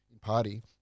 party